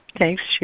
Thanks